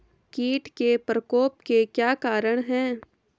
कीट के प्रकोप के क्या कारण हैं?